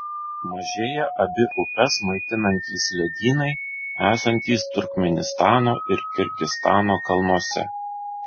mažėja abi upes maitinantys ledynai esantys turkmėnistano ir kirgizstano kalnuose